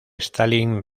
stalin